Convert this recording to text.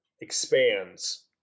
expands